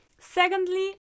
Secondly